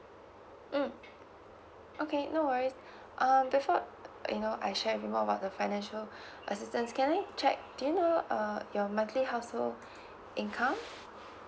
mm okay no worries um before you know I share more about the financial assistance can I check do you know err your monthly household income